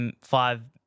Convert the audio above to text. five